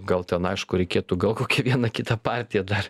gal ten aišku reikėtų gal kokią vieną kitą partiją dar